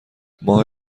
ماه